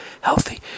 healthy